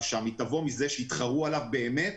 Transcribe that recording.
שם אלא היא תבוא מכך שיתחרו עליו באמת